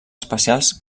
espacials